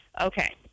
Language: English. okay